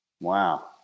Wow